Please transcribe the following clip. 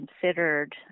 considered